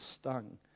stung